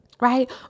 Right